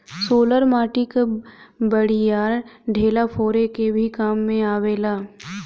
roller माटी कअ बड़ियार ढेला फोरे के भी काम आवेला